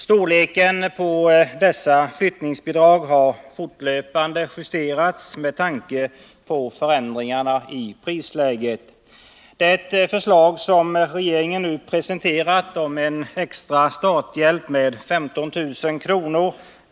Storleken på dessa flyttningsbidrag har fortlöpande justerats med tanke på förändringarna i prisläget. Det förslag som regeringen nu presenterat, om en extra starthjälp med 15 000 kr.